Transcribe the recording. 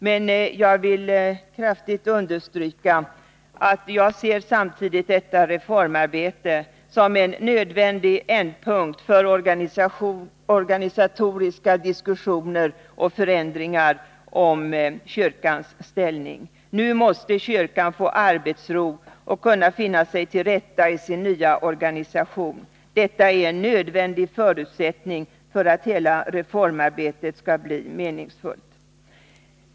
Men jag vill kraftigt understryka att jag samtidigt ser detta reformarbete som en nödvändig ändpunkt för organisatoriska diskussioner och förändring ar av kyrkans ställning. Nu måste kyrkan få arbetsro och kunna finna sig till rätta i sin nya organisation. Det är en nödvändig förutsättning för att hela reformarbetet skall bli meningsfullt.